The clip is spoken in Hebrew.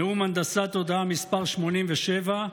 נאום הנדסת תודעה מס' 87,